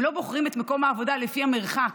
הם לא בוחרים את מקום העבודה לפי המרחק,